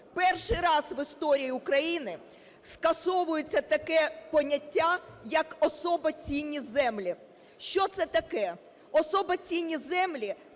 Перший раз в історії України скасовується таке поняття, як "особо цінні землі". Що це таке? Особо цінні землі